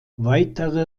weitere